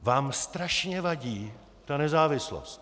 Vám strašně vadí ta nezávislost.